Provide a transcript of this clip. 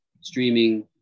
streaming